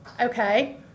okay